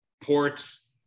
ports